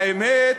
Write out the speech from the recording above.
והאמת,